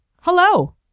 Hello